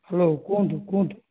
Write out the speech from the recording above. hello କୁହନ୍ତୁ କୁହନ୍ତୁ